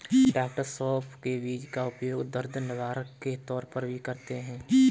डॉ सौफ के बीज का उपयोग दर्द निवारक के तौर पर भी करते हैं